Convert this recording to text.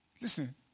listen